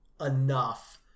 enough